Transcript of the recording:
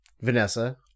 Vanessa